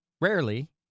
rarely